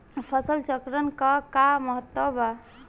फसल चक्रण क का महत्त्व बा?